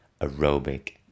aerobic